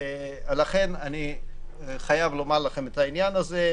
לכן אני חייב לומר לכם את העניין הזה,